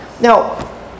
Now